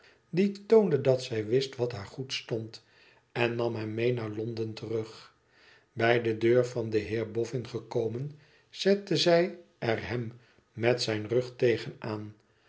die toonde dat zij wist wat haar goed stond en nam hem mee naar londen terug bij de deur van den heer boffin gekomen zette zij er hem met zijn rug tegen aan